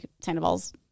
Sandoval's